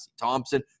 Thompson